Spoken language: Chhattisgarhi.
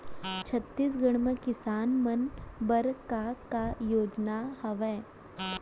छत्तीसगढ़ म किसान मन बर का का योजनाएं हवय?